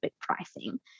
pricing